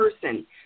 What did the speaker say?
person